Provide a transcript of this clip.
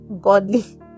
godly